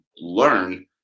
Learn